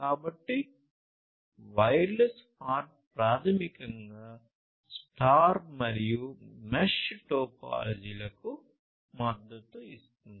కాబట్టి wireless HART ప్రాథమికంగా star మరియు మెష్ టోపోలాజీలకు మద్దతు ఇస్తుంది